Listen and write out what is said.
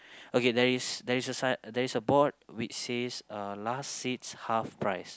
okay there is there is a sign there is a board which says uh last seats half price